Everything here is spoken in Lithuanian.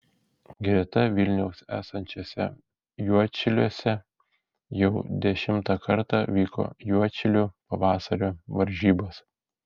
greta vilniaus esančiuose juodšiliuose jau dešimtą kartą vyko juodšilių pavasario varžybos